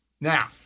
Now